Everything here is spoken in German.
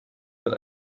mit